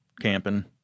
camping